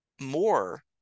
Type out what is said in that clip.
more